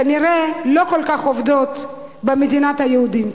כנראה לא כל כך עובדות במדינת היהודים.